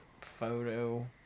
photo